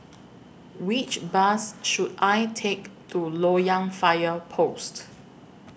Which Bus should I Take to Loyang Fire Post